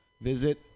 visit